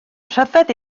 rhyfedd